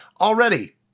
already